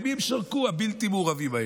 למי הם שרקו, הבלתי-מעורבים האלה?